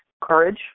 courage